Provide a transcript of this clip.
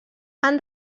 han